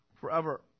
forever